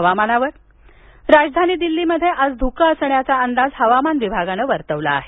हवामान राजधानी दिल्लीत आज धुकं असण्याचा अंदाज हवामान विभागानं वर्तवला आहे